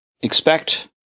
expect